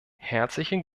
herzlichen